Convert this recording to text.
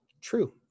True